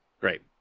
Great